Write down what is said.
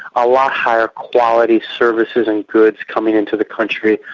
a lot higher quality services and goods coming into the country,